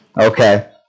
Okay